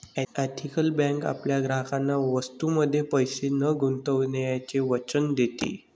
ethical bank आपल्या ग्राहकांना वस्तूंमध्ये पैसे न गुंतवण्याचे वचन देते